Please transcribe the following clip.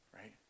Right